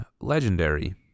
legendary